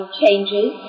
changes